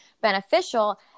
beneficial